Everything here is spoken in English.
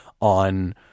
on